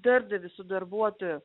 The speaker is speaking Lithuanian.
darbdaviui su darbuotoju